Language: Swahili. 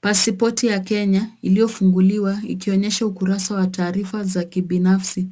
Pasipoti ya Kenya iliyofunguliwa ikionyesha ukurasa wa taarifa za kibinafsi